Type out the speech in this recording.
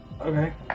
Okay